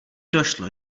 došlo